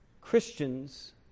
Christians